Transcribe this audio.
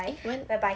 eh when